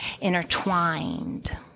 intertwined